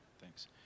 thanks